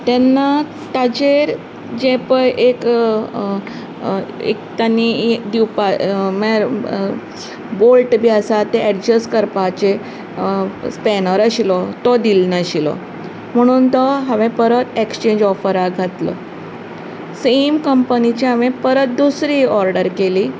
तेन्ना ताजेर जें पळय एक एक तांणी दिवपा म्हळ्यार बोल्ट बी आसा तें एडजस्ट करपाचें स्पेनर आशिल्लो तो दिलो नाशिल्लो म्हणून तो हांवेन परत एक्सेंज ऑफराक घातलो सेम कंम्पनिचें हांवे परत दुसरी ऑर्डर केली